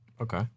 okay